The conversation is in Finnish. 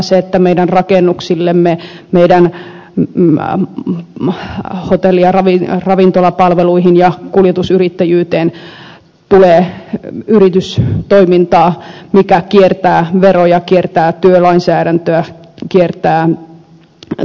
se että meidän rakennuksillemme meidän hotelli ja ravintolapalveluihimme ja kuljetusyrittäjyyteemme tulee yritystoimintaa joka kiertää veroja kiertää työlainsäädäntöä kiertää työnantajan velvoitemaksuja